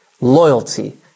Loyalty